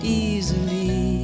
easily